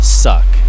suck